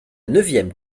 neuvième